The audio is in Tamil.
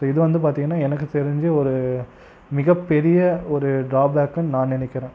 ஸோ இது வந்து பார்த்திங்கனா எனக்கு தெரிஞ்சு ஒரு மிகப்பெரிய ஒரு ட்ராப்ளாக்குன்னு நான் நினைக்கிறேன்